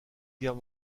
guerre